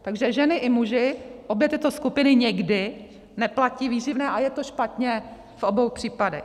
Takže ženy i muži, obě tyto skupiny, někdy neplatí výživné a je to špatně v obou případech.